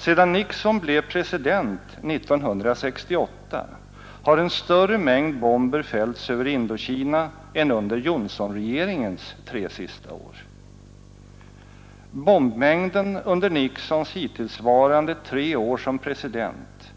Sedan Nixon blev president 1968 har en större mängd bomber fällts över Indokina än under Johnsonregeringens tre sista år. Bombmängden under Nixons hittillsvarande tre år som president